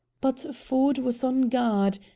but ford was on guard,